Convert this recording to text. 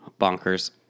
Bonkers